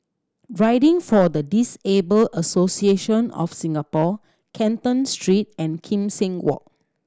Riding for the Disabled Association of Singapore Canton Street and Kim Seng Walk